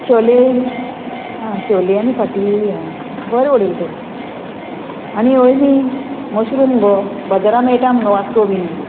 चोले आ शोले आनी फाटी आ बरें उडयलें तर आनी अळमी मशरूम गो बाजारांत मेळटा मुगो वास्को बीन